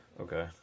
Okay